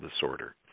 disorder